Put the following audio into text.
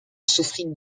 souffrit